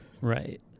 Right